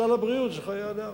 סל הבריאות זה חיי אדם,